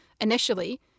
initially